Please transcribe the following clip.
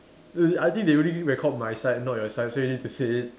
err I think they only give record my side not your side so you need to say it